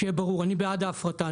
שיהיה ברור, אני בעד ההפרטה.